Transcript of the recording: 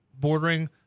bordering